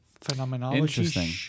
phenomenology